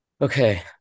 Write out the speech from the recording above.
Okay